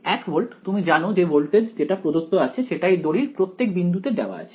1 volt তুমি জানো যে ভোল্টেজ যেটা প্রদত্ত আছে সেটা এই দড়ির প্রত্যেক বিন্দুতে দেওয়া আছে